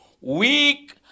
weak